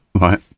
Right